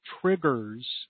triggers